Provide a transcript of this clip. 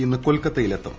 ഇന്ന് കൊൽക്കത്തയിൽ എത്തും